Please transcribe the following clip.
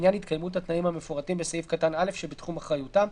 לעניין התקיימות התנאים המפורטים בסעיף קטן (א) שבתחום אחריותם,